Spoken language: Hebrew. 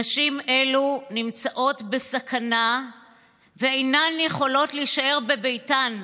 נשים אלה נמצאות בסכנה ואינן יכולות להישאר בביתן,